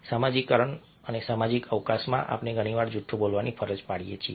સમાજીકરણ અને સામાજિક અવકાશમાં આપણે ઘણી વાર જૂઠું બોલવાની ફરજ પાડીએ છીએ